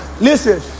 Listen